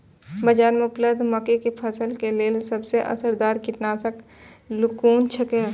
बाज़ार में उपलब्ध मके के फसल के लेल सबसे असरदार कीटनाशक कुन छै?